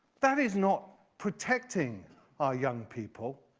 that is not protecting our young people,